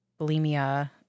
bulimia